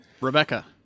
Rebecca